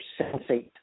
sensate